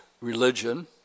Religion